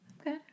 Okay